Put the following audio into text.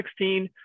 2016